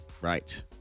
Right